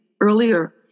earlier